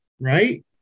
right